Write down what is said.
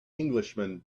englishman